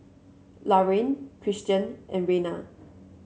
Laraine Christian and Reina